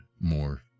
more